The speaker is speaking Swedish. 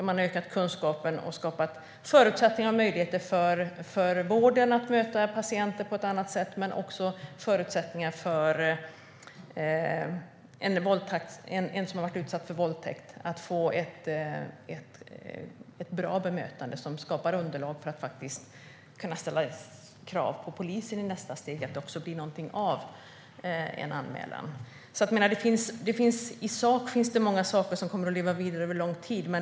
Man har ökat kunskapen och skapat förutsättningar och möjligheter för vården att möta patienter på ett annat sätt men också förutsättningar för den som varit utsatt för våldtäkt att få ett bra bemötande som skapar underlag för att kunna ställa krav på polisen i nästa steg så att det också blir någonting av en anmälan. I sak finns det många saker som kommer att leva vidare över lång tid.